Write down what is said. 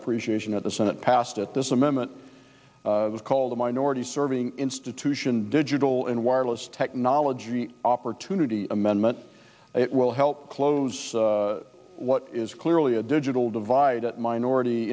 appreciation at the senate passed at this amendment called the minority serving institutions digital in wireless technology opportunity amendment it will help close what is clearly a digital divide at minority